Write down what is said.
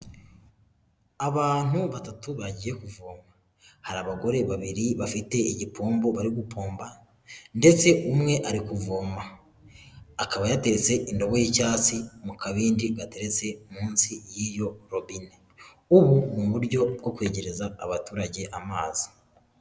Abantu batatu bagiye kuvoma, hari abagore babiri bafite igipombo bari gupomba ndetse umwe ari kuvoma, akaba yaretetse indobo y'icyatsi mu kabindi gateretse munsi y'iyo robine. Ubu ni uburyo bwo kwegereza abaturage amazi.